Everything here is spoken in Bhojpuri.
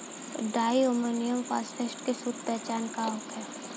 डाइ अमोनियम फास्फेट के शुद्ध पहचान का होखे?